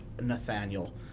Nathaniel